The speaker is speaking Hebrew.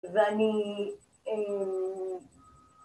ואני אההה